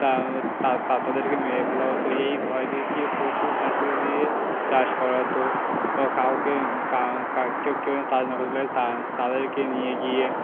তা তাদেরকে মেরে ফেলা হতো এই ভয় দেখিয়ে প্রচুর চাষিদের দিয়ে চাষ করাতো বা কাউকে কেউ যা চাষ না করতে চাইলে তাদেরকে নিয়ে গিয়ে